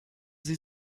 sie